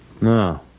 No